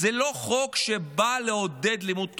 זה לא חוק שבא לעודד לימוד תורה.